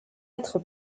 être